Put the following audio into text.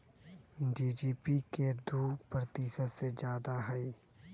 GDP के दु प्रतिशत से जादा हई